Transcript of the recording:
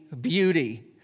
beauty